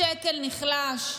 השקל נחלש.